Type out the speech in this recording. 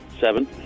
Seven